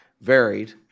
varied